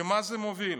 למה זה מוביל?